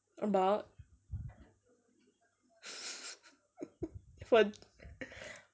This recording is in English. about for